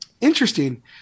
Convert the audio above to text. interesting